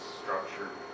structured